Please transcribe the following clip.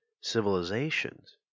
civilizations